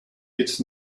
its